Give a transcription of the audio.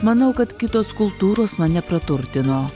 manau kad kitos kultūros mane praturtino